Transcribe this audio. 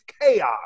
chaos